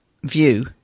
view